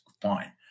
Fine